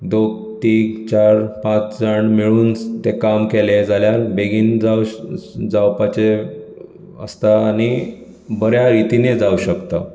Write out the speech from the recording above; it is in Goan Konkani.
दोग तीग चार पांच जाण मेळून तें काम केले जाल्यार बेगीन जावं श जावपाचें आसता आनी बऱ्या रितीने जावं शकता